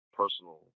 personal